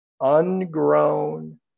ungrown